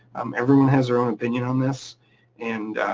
um everyone has their own opinion on this and